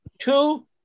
two